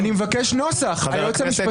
חברת הכנסת